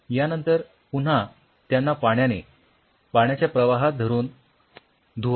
यानंतर पुन्हा त्यांना पाण्याने पाण्याच्या प्रवाहात धरून धुवा